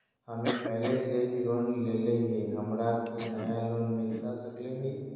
हमे पहले से एक लोन लेले हियई, हमरा के नया लोन मिलता सकले हई?